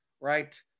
right